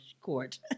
court